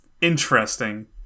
interesting